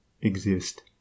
exist